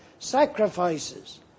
sacrifices